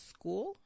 school